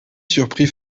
surprit